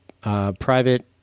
private